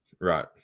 Right